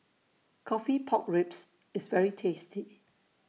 Coffee Pork Ribs IS very tasty